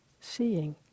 seeing